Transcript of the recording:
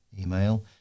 email